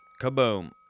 kaboom